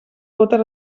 totes